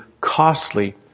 costly